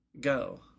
go